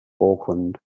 Auckland